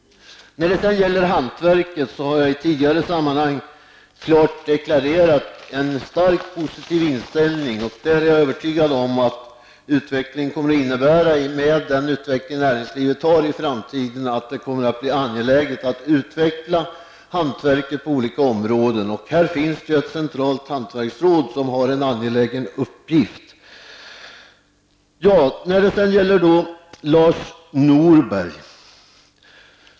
När det gäller hantverket har jag i tidigare sammanhang klart deklarerat en starkt positiv inställning. Jag är övertygad om att det, med den utveckling som näringslivet kommer att få i framtiden, kommer att bli angeläget att utveckla hantverket på olika områden. Här finns ett centralt hantverksråd som har en angelägen uppgift. Så till Lars Norberg.